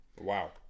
Wow